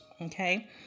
Okay